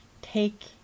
Take